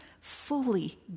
fully